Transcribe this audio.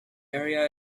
area